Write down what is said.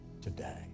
today